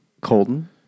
Colton